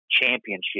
championship